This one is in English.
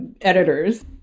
editors